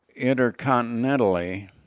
intercontinentally